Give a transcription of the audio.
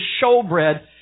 showbread